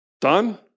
Done